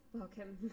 Welcome